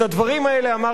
את הדברים האלה אמר,